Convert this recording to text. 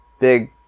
big